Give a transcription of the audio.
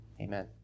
Amen